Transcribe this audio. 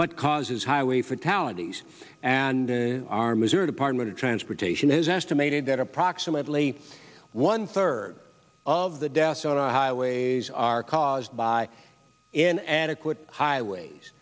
what causes highway fatalities and our missouri department of transportation has estimated that approximately one third of the deaths on highways are caused by an adequate highways